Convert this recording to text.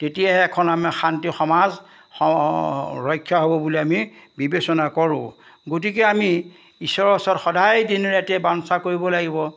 তেতিয়াহে এখন আমি শান্তি সমাজ হ ৰক্ষা হ'ব বুলি আমি বিবেচনা কৰোঁ গতিকে আমি ঈশ্বৰৰ ওচৰত সদায় দিনে ৰাতিয়ে বাঞ্ছা কৰিব লাগিব